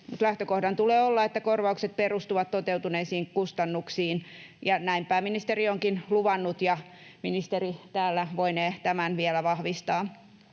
lähtökohdan tulee olla, että korvaukset perustuvat toteutuneisiin kustannuksiin, ja näin pääministeri onkin luvannut, ja ministeri täällä voinee tämän vielä vahvistaa.